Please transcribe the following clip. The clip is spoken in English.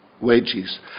wages